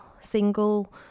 single